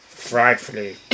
frightfully